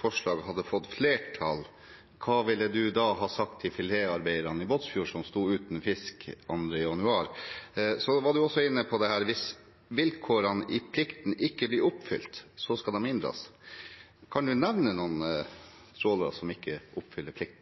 forslag hadde fått flertall, hva ville du da ha sagt til filetarbeiderne i Båtsfjord, som sto uten fisk den 2. januar? Du var også inne på at hvis vilkårene i plikten ikke blir oppfylt, skal de inndras. Kan du nevne noen trålere som ikke oppfyller plikten?